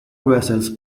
vessels